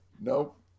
Nope